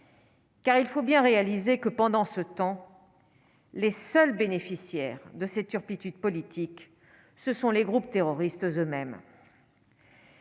Car il faut bien réaliser que pendant ce temps, les seuls bénéficiaires de ces turpitudes politiques, ce sont les groupes terroristes eux-mêmes.